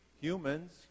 humans